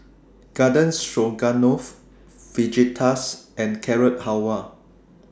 Garden Stroganoff Fajitas and Carrot Halwa